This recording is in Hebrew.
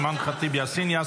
אימן ח'טיב יאסין,